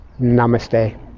namaste